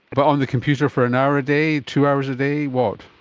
but on the computer for an hour a day, two hours a day what?